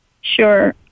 Sure